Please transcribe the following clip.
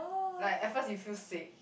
like at first you feel sick